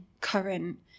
current